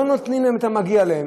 לא נותנים להם את המגיע להם,